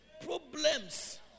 problems